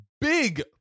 big